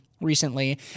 recently